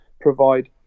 provide